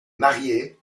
mariée